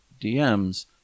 DMs